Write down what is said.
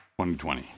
2020